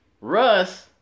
Russ